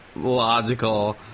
logical